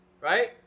Right